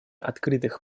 открытых